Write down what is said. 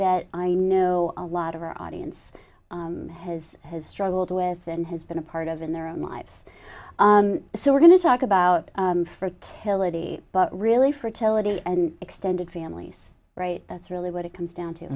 that i know a lot of our audience has has struggled with and has been a part of in their own lives so we're going to talk about fertility but really fertility and extended families right that's really what it comes down to